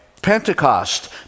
Pentecost